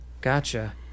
Gotcha